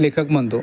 लेखक म्हणतो